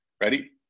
Ready